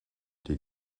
est